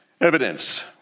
evidence